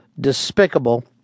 Despicable